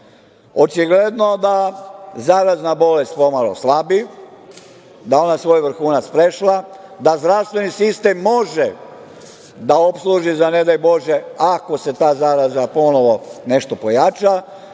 Očigledno da zarazna bolest pomalo slabi, da je ona svoj vrhunac prešla, da zdravstveni sistem može da opsluži za ne daj Bože, ako se ta zaraza ponovo nešto pojača